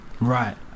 right